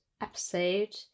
episode